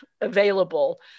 available